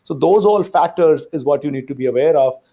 so those all factors is what you need to be aware of.